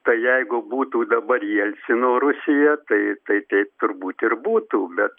tai jeigu būtų dabar jelcino rusija tai tai taip turbūt ir būtų bet